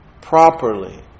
properly